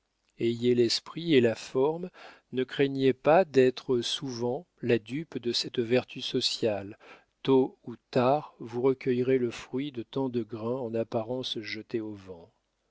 ayez l'esprit et la forme ne craignez pas d'être souvent la dupe de cette vertu sociale tôt ou tard vous recueillerez le fruit de tant de grains en apparence jetés au vent